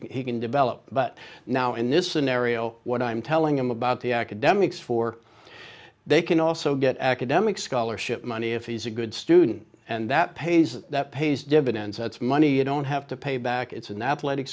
he can develop but now in this scenario what i'm telling him about the academics for they can also get academic scholarship money if he's a good student and that pays that pays dividends that's money you don't have to pay back it's an athletic